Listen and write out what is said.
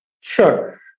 Sure